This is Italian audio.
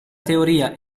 teoria